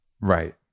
right